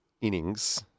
innings